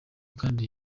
kandi